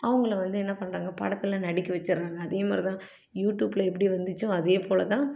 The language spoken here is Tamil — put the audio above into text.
அவங்களை வந்து என்ன பண்ணுறாங்க படத்தில் நடிக்க வச்சுர்றாங்க அதேமாதிரி தான் யூட்யூப்பில் எப்படி வந்துச்சோ அதே போல் தான்